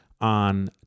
on